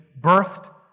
birthed